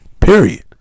period